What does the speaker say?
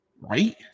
right